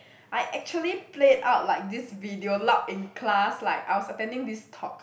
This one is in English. I actually played out like this video loud in class like I was attending this talk